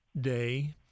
Day